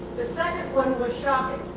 the second one was shopping.